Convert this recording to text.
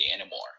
anymore